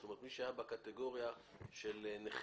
זאת אומרת מי שהיה בקטגוריה של נכה,